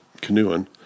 canoeing